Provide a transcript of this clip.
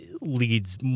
leads